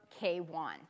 K1